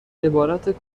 عبارت